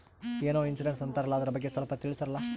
ಏನೋ ಇನ್ಸೂರೆನ್ಸ್ ಅಂತಾರಲ್ಲ, ಅದರ ಬಗ್ಗೆ ಸ್ವಲ್ಪ ತಿಳಿಸರಲಾ?